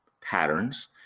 patterns